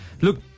Look